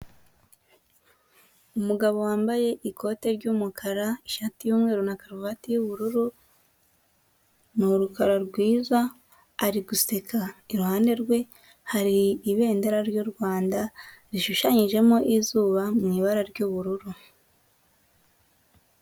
Umugabo wambaye ikote ry'umukara, ishati y'umweru na karuvate y'ubururu, ni urukara rwiza ari guseka. Iruhande rwe hari ibendera ry'u Rwanda rishushanyijemo izuba mu ibara ry'ubururu.